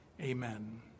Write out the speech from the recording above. Amen